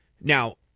Now